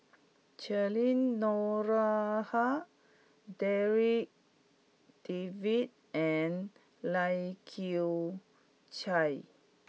Cheryl Noronha Darryl David and Lai Kew Chai